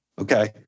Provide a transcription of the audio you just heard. okay